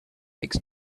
eggs